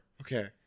Okay